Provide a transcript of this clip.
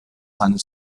seine